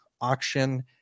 auction